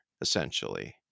essentially